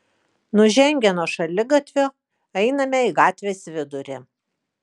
nužengę nuo šaligatvio einame į gatvės vidurį